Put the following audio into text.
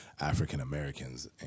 African-Americans